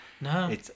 No